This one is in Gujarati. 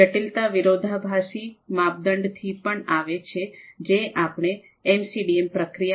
જટિલતા વિરોધાભાસી માપદંડથી પણ આવે છે જે આપણે એમસીડીએમ પ્રક્રિયામાં સંભાળી શકીએ છીએ